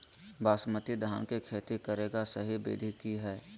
बासमती धान के खेती करेगा सही विधि की हय?